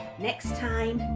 next time.